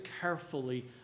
carefully